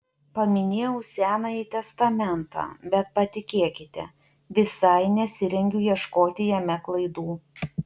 paminėjau senąjį testamentą bet patikėkite visai nesirengiu ieškoti jame klaidų